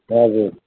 हजुर